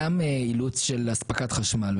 יש גם אילוץ של אספקת חשמל,